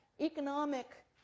economic